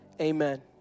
amen